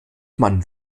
man